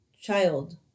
child